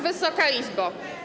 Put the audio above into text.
Wysoka Izbo!